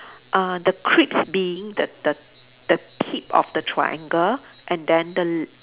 uh the crisps being the the the tip of the triangle and then the l~